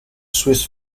swiss